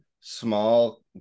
small